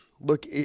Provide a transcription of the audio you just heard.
look